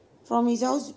from his house